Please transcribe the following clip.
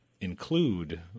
include